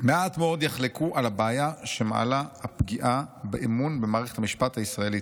"מעט מאוד יחלקו על הבעיה שמעלה הפגיעה באמון במערכת המשפט הישראלית,